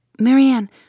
Marianne